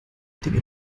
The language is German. dinge